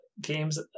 games